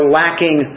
lacking